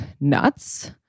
nuts